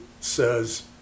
says